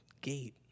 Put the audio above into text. gate